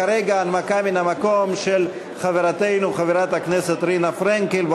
כרגע הנמקה מהמקום של חברתנו חברת הכנסת רינה פרנקל.